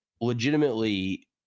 legitimately